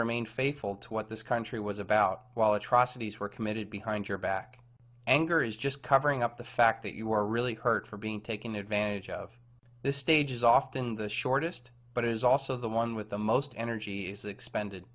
remained faithful to what this country was about while atrocities were committed behind your back anger is just covering up the fact that you are really hurt for being taken advantage of the stage is often the shortest but it is also the one with the most energies expended